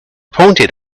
pointed